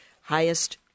highest